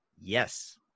yes